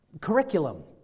curriculum